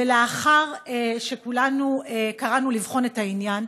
ולאחר שכולנו קראנו לבחון את העניין,